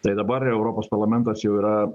tai dabar europos parlamentas jau yra